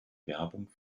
werbung